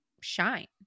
shine